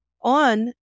on